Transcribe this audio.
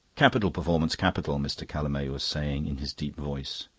capital performance, capital, mr. callamay was saying in his deep voice.